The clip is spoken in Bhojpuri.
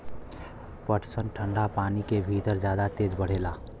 पटसन ठंडा पानी के भितर जादा तेज बढ़ेला